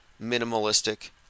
minimalistic